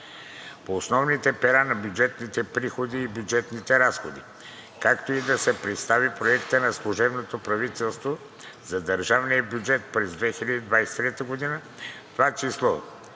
по основните пера на бюджетните приходи и бюджетните разходи, както и да представи Проекта на служебното правителство за държавния бюджет за 2023 г., в това число